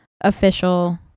official